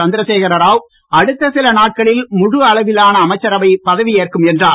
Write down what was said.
சந்திரசேகர ராவ் அடுத்த சில நாட்களில் முழு அளவிலான அமைச்சரவை பதவியேற்கும் என்றார்